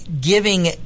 giving –